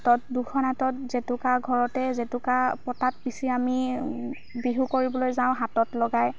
তাত দুখন হাতত জেতুকা ঘৰতে জেতুকা পটাত পিচি আমি বিহু কৰিবলৈ যাওঁ হাতত লগাই